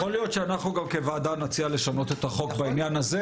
אז יכול להיות שאנחנו כוועדה נציע לשנות את החוק בעניין הזה.